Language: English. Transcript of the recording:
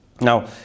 Now